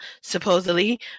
supposedly